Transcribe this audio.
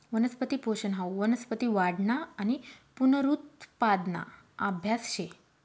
वनस्पती पोषन हाऊ वनस्पती वाढना आणि पुनरुत्पादना आभ्यास शे